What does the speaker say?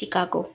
Chicago